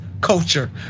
culture